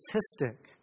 statistic